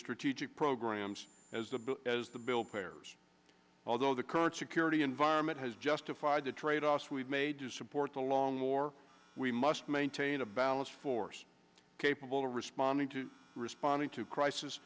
strategic programs as the as the bill payers although the current security environment has justified the tradeoffs we've made to support the long war we must maintain a balance force capable of responding to responding to crisis